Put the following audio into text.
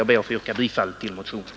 Jag ber att få yrka bifall till motionen.